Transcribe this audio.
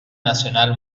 nacional